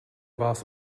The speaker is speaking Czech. vás